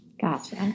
Gotcha